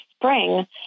spring